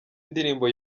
indirimbo